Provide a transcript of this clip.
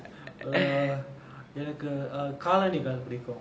err எனக்கு காலணிகள் புடிக்கும்:enakku kalanigal pudikkum